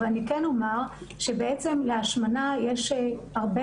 אבל אני כן אומר שבעצם להשמנה יש הרבה